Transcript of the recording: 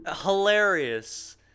Hilarious